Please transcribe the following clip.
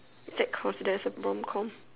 is that considered as a rom com